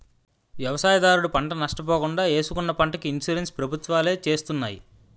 వ్యవసాయదారుడు పంట నష్ట పోకుండా ఏసుకున్న పంటకి ఇన్సూరెన్స్ ప్రభుత్వాలే చేస్తున్నాయి